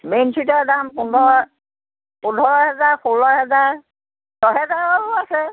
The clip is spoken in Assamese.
মেইন ছেটৰ দাম পোন্ধৰ পোন্ধৰ হেজাৰ ষোল্ল হেজাৰ ছহেজাৰৰো আছে